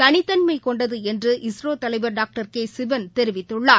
தனித்தன்மைகொண்டதுஎன்று இஸ்ரோ தலைவர் டாக்டர் கேசிவன் தெரிவித்துள்ளார்